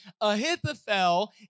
Ahithophel